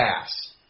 pass